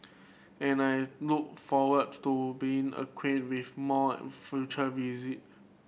and I look forward to being acquainted with more on future visit